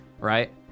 right